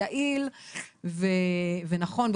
יעיל ונכון,